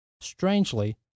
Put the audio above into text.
strangely